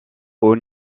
haut